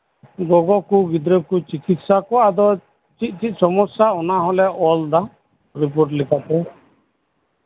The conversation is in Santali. ᱟᱨ ᱜᱚᱜᱚ ᱠᱚ ᱜᱤᱫᱽᱨᱟᱹ ᱠᱚ ᱪᱤᱠᱤᱛᱥᱟ ᱠᱚᱣᱟ ᱪᱮᱫ ᱪᱮᱫ ᱥᱚᱢᱚᱥᱥᱟ ᱚᱱᱮ ᱦᱚᱞᱮ ᱚᱞ ᱮᱫᱟ ᱨᱤᱯᱳᱨᱴ ᱞᱮᱠᱟᱛᱮ